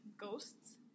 ghosts